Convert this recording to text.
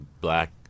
black